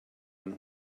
one